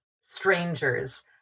strangers